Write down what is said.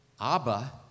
Abba